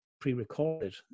pre-recorded